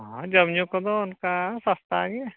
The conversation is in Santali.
ᱦᱮᱸ ᱡᱚᱢᱼᱧᱩ ᱠᱚᱫᱚ ᱚᱱᱠᱟ ᱥᱟᱥᱛᱟᱜᱮ